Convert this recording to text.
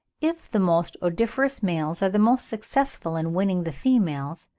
if the most odoriferous males are the most successful in winning the females,